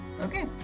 Okay